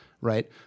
right